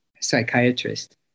psychiatrist